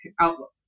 outlook